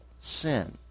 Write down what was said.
sin